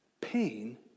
pain